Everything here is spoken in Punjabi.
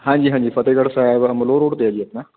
ਹਾਂਜੀ ਹਾਂਜੀ ਫਤਿਹਗੜ੍ਹ ਸਾਹਿਬ ਅਮਲੋਹ ਰੋਡ 'ਤੇ ਹੈ ਜੀ ਆਪਣਾ